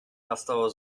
nastało